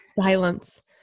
Silence